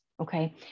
Okay